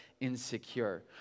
insecure